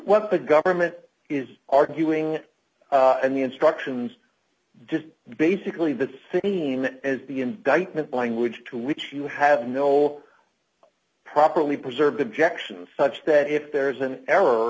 what the government is arguing and the instructions just basically the seen as the indictment language to which you have no properly preserved objection such that if there is an error